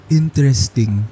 interesting